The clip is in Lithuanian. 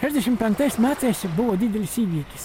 šešdešim penktais metais čia buvo didelis įvykis